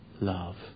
love